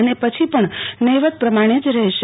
અને પછી પણ નહીવત પ્રમાણ જ રહેશે